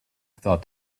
thought